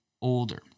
older